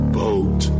boat